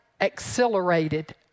accelerated